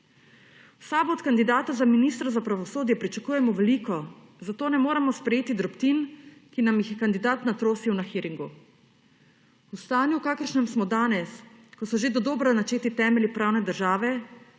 V SAB od kandidata za ministra za pravosodje pričakujemo veliko, zato ne moremo sprejeti drobtin, ki nam jih je kandidat natrosil na hearingu. V stanju, kakršnem smo danes, ko so že dodobra načeti temelji pravne države,